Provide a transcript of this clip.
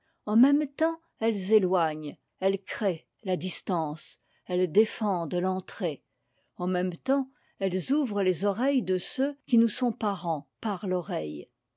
en même temps elles éloignent elles créent la distance elles défendent l'entrée en même temps elles ouvrent les oreilles de ceux qui nous sont parents par l'oreille